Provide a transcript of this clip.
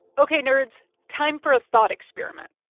ok, nerds, time for a thought experiment.